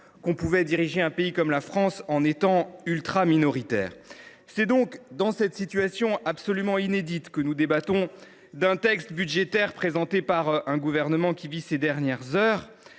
l’on peut diriger un pays comme la France en étant ultraminoritaires… Nous nous trouvons donc dans une situation absolument inédite : nous débattons d’un texte budgétaire présenté par un gouvernement qui vit ses dernières heures.